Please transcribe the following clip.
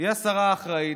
היא השרה האחראית,